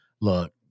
Look